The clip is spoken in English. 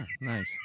Nice